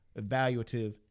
evaluative